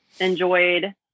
enjoyed